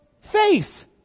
faith